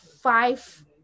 five